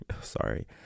sorry